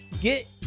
Get